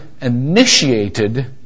initiated